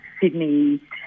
Sydney